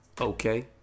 Okay